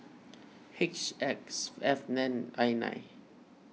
H X F N I nine